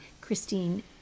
Christine